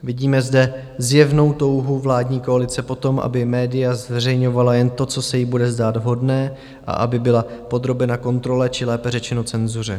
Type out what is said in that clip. Vidíme zde zjevnou touhu vládní koalice po tom, aby média zveřejňovala jen to, co se jí bude zdát vhodné, a aby byla podrobena kontrole, či lépe řečeno cenzuře.